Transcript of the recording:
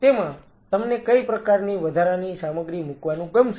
તેમાં તમને કઈ પ્રકારની વધારાની સામગ્રી મૂકવાનું ગમશે